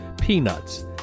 Peanuts